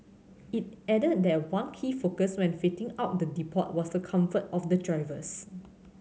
he added that one key focus when fitting out the depot was the comfort of the drivers